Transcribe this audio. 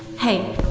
hey,